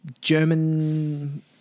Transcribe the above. German